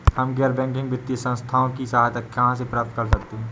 हम गैर बैंकिंग वित्तीय संस्थानों की सहायता कहाँ से प्राप्त कर सकते हैं?